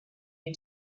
you